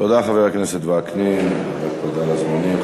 תודה, חבר הכנסת וקנין, על הקפדה על הזמנים.